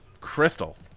Crystal